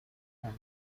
and